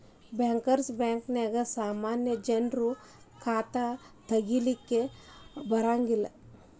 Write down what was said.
bankers ಬ್ಯಾಂಕ ನ್ಯಾಗ ಸಾಮಾನ್ಯ ಜನ್ರು ಖಾತಾ ತಗಿಲಿಕ್ಕೆ ಬರಂಗಿಲ್ಲಾ